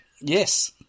Yes